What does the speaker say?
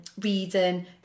reading